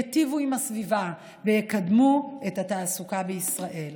ייטיבו עם הסביבה ויקדמו את התעסוקה בישראל.